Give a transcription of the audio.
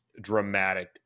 dramatic